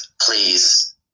please